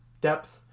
depth